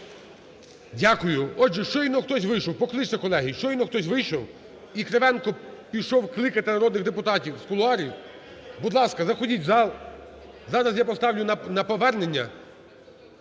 Дякую. Отже, щойно хтось вийшов. Покличте, колеги. Щойно хтось вийшов, і Кривенко пішов кликати народних депутатів з кулуарів. Будь ласка, заходіть у зал, зараз я поставлю на повернення.